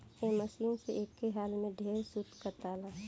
ए machine से एक हाली में ढेरे सूत काताला